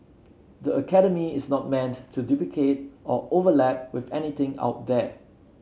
the academy is not meant to duplicate or overlap with anything out there